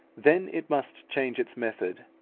then it must change its method,